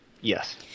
yes